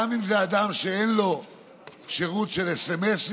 גם אם זה אדם שאין לו שירות סמ"סים.